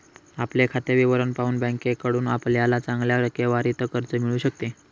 आपले खाते विवरण पाहून बँकेकडून आपल्याला चांगल्या टक्केवारीत कर्ज मिळू शकते